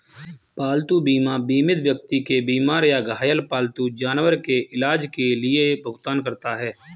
पालतू बीमा बीमित व्यक्ति के बीमार या घायल पालतू जानवर के इलाज के लिए भुगतान करता है